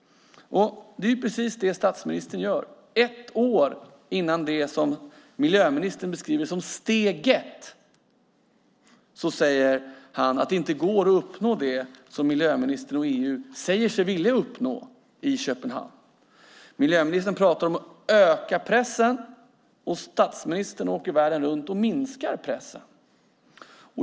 Det är precis det statsministern gör. Ett år före det som miljöministern beskriver som steg ett säger han att det inte går att uppnå det som miljöministern och EU säger sig vilja uppnå i Köpenhamn. Miljöministern pratar om att öka pressen. Statsministern åker världen runt och minskar pressen.